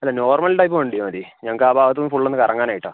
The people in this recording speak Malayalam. അല്ല നോർമൽ ടൈപ്പ് വണ്ടി മതി ഞങ്ങക്ക് ആ ഭാഗത്ത് ഫുള്ള് ഒന്ന് കറങ്ങാൻ ആയിട്ടാ